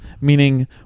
meaning